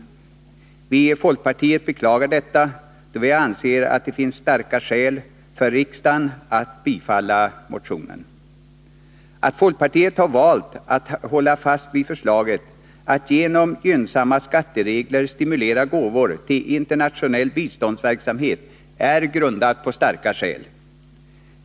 Vi i folkpartiet beklagar detta, då vi anser att det finns starka skäl för riksdagen att bifalla motionen. Att folkpartiet har valt att hålla fast vid förslaget om att genom gynnsamma skatteregler stimulera gåvor till internationell biståndsverksamhet är grundat påsstarka skäl.